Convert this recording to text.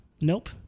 Nope